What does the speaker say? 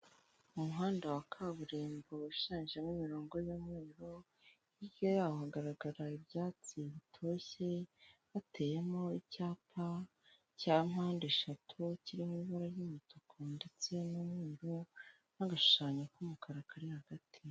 Umuhanda wa kaburimbo ushushanyijemo imirongo y'umweru, hirya yawo hagaragara ibyatsi bitoshye, hateyemo icyapa cya mpande eshatu kirimo ibara ry'umutuku ndetse n'umweru n'agashushanyo k'umukara kari hagati.